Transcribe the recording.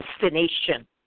destination